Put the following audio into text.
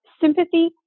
sympathy